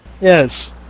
Yes